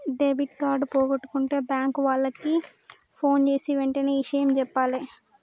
debit card పోగొట్టుకుంటే bank వాళ్లకి ఫోన్జేసి వెంటనే ఇషయం జెప్పాలే